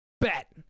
Bet